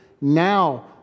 now